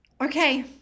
Okay